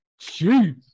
Jeez